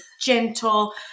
gentle